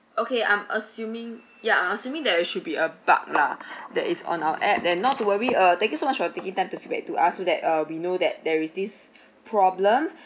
okay I'm assuming ya I'm assuming that it should be a bug lah that is on our app then not to worry uh thank you so much for taking time to feed back to us so that uh we know that there is this problem